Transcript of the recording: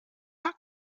not